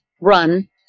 run